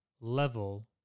Level